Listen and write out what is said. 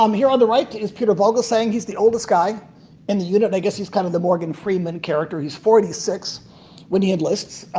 um here on the right is peter volgelsang, the oldest guy in the unit. i guess he's kind of the morgan freeman character. he's forty six when he enlists,